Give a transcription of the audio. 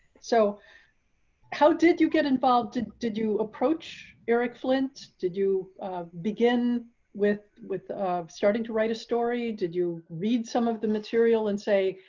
so how did you get involved, did did you approach eric flint to do begin with with starting to write a story. did you read some of the material and say,